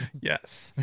Yes